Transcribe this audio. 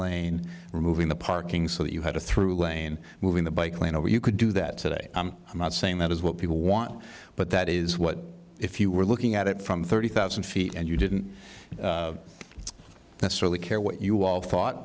lane removing the parking so that you have to through lane moving the bike lane or you could do that today i'm not saying that is what people want but that is what if you were looking at it from thirty thousand feet and you didn't that's really care what you all thought